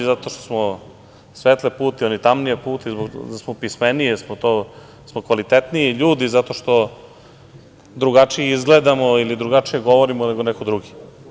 Zato što smo svetle puti, oni tamnije puti, da smo pismeniji, da li smo kvalitetniji ljudi zato što drugačije izgledamo ili drugačije govorimo nego neko drugi?